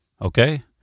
Okay